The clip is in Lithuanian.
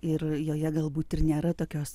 ir joje galbūt ir nėra tokios